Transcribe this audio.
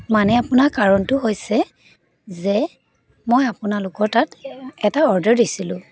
মানে আপোনাৰ কাৰণটো হৈছে যে মই আপোনালোকৰ তাত এটা অৰ্ডাৰ দিছিলোঁ